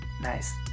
nice